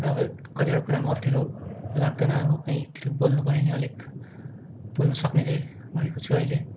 र अब कतिवटा कुरामा अप्ठ्यारो लाग्दैन अब कहीँ त्यो बोल्नुपऱ्यो भने अलिक बोल्नसक्ने चाहिँ भएको छु अहिले